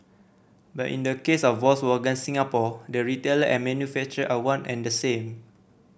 but in the case of Volkswagen Singapore the retailer and manufacture are one and the same